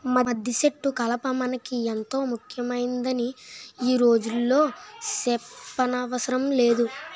మద్దిసెట్టు కలప మనకి ఎంతో ముక్యమైందని ఈ రోజుల్లో సెప్పనవసరమే లేదు